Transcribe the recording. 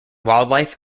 wildlife